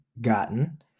gotten